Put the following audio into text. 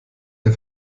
der